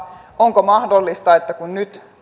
onko mahdollista että kun nyt